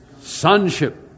sonship